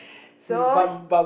so